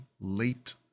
late